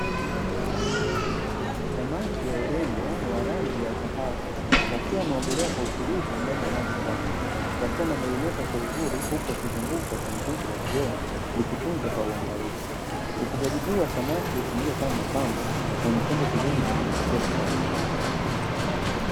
Samaki wa urembo wa rangi ya dhahabu, wakiwa wanaogelea kwa utulivu ndani ya maji safi; wakiwa wanameremeta kwa uzuri huku wakizunguka kwenye tenki la kioo likitunzwa kwa uangalifu. Ufugaji huu wa samaki hutumika kama mapambo na ni chanzo kizuri cha kujipatia kipato.